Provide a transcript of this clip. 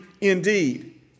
indeed